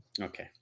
okay